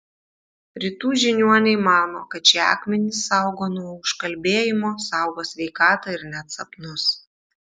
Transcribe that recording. rytų žiniuoniai mano kad šie akmenys saugo nuo užkalbėjimo saugo sveikatą ir net sapnus